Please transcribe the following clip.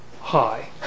high